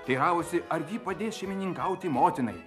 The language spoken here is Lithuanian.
teiravosi ar ji padės šeimininkauti motinai